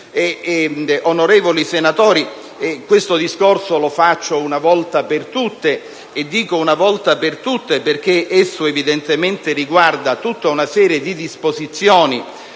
Onorevoli senatori, faccio questo discorso una volta per tutte, e dico una volta per tutte perché esso evidentemente riguarda tutta una serie di disposizioni